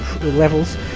levels